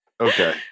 Okay